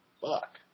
fuck